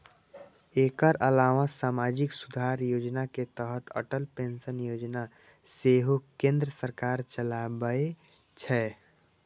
एकर अलावा सामाजिक सुरक्षा योजना के तहत अटल पेंशन योजना सेहो केंद्र सरकार चलाबै छै